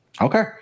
Okay